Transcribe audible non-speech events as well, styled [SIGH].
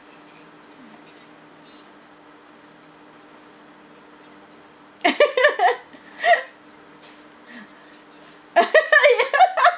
[LAUGHS] ya [LAUGHS]